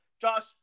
Josh